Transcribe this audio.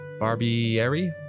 Barbieri